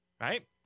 right